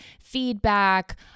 feedback